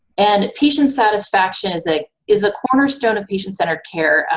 and patient satisfaction is a is a cornerstone of patient-centered care.